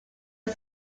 are